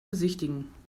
besichtigen